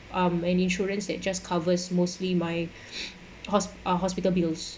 I'm an insurance that just covers mostly my hos~ uh hospital bills